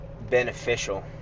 beneficial